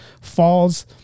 falls